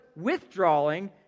withdrawing